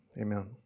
amen